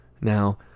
now